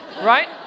Right